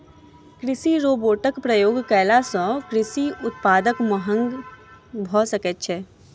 कृषि रोबोटक प्रयोग कयला सॅ कृषि उत्पाद महग भ सकैत अछि